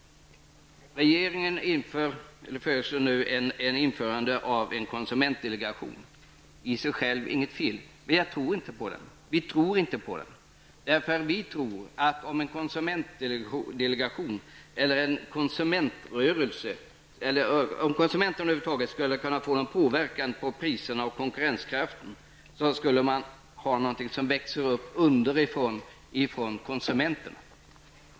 Regeringen föreslår nu inrättande av en konsumentdelegation. Den är i sig själv inte något fel, men vi tror inte på den. Om en konsumentdelegation, en konsumentrörelse eller konsumenterna över huvud taget skall kunna påverka priserna och konkurrenskraften, måste man ha någonting som växer upp underifrån, ifrån konsumenterna.